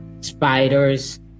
spiders